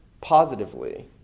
positively